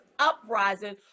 Uprising